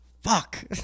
Fuck